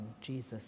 Jesus